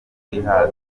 kwihaza